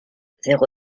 zéro